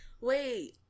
Wait